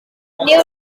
new